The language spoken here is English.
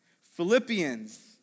Philippians